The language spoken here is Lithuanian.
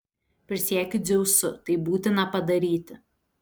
prisiekiu dzeusu tai būtina padaryti